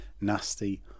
nasty